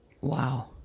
Wow